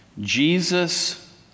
Jesus